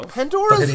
Pandora